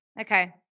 okay